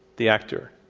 the actor,